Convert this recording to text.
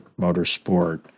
Motorsport